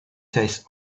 tastes